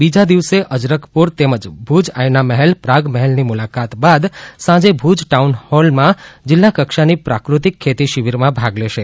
બીજા દિવસે અજરખપુર તેમજ ભુજ આયના મહેલ પ્રાગમહેલની મુલાકાત બાદ સાંજે ભુજ ટાઉનહોલમાં જીલ્લાકક્ષાની પ્રાદૃતિક ખેતી શિબિરમાં ભાગ લેશે